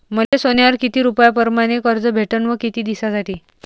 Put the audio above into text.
मले सोन्यावर किती रुपया परमाने कर्ज भेटन व किती दिसासाठी?